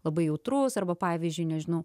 labai jautrus arba pavyzdžiui nežinau